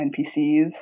npcs